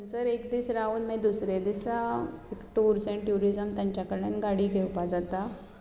थंयसर एक दीस रावून मागीर दुसरे दिसा टूर्स एन्ड ट्यूरिझम तांचे कडल्यान गाडी घेवपाक जाता